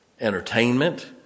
entertainment